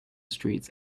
streets